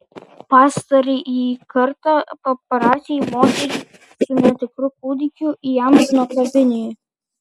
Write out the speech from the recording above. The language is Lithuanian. pastarąjį kartą paparaciai moterį su netikru kūdikiu įamžino kavinėje